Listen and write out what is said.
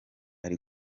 ari